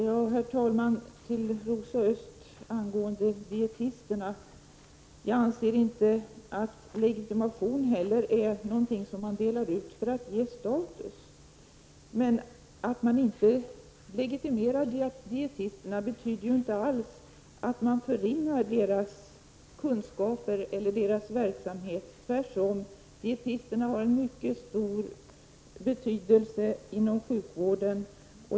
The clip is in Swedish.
Herr talman! Till Rosa Östh angående dietisterna: Jag anser inte att legitimation är någonting man delar ut för att ge status. Att man inte legitimerar dietisterna betyder ju inte att man förringar deras kunskaper eller deras verksamhet. Dietisterna har tvärtom en mycket stor betydelse inom sjukvården.